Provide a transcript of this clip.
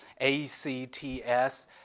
A-C-T-S